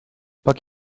pak